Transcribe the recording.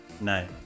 No